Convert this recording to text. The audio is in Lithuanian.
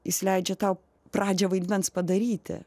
jis leidžia tau pradžią vaidmens padaryti